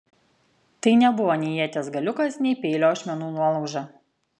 tai nebuvo nei ieties galiukas nei peilio ašmenų nuolauža